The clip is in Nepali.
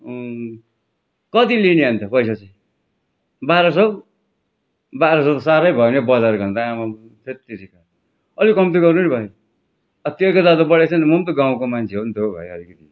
कति लिने अन्त पैसा चाहिँ बाह्र सय बाह्र सय त साह्रै भयो नि हौ बजारको अन्त आमामाम हैट् तेरिका अलिक कम्ती गर्नु नि भाइ अब तेलको दाम त बढेको छ नि म पनि त गाउँको मान्छे हो नि त हौ भाइ अलिकिति